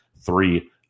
three